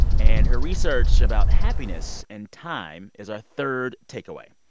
and her research about happiness and time is our third takeaway,